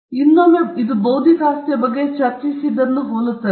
ಇದು ಮತ್ತೊಮ್ಮೆ ಬೌದ್ಧಿಕ ಆಸ್ತಿಯ ಬಗ್ಗೆ ನಾವು ಚರ್ಚಿಸಿದ್ದನ್ನು ಹೋಲುತ್ತದೆ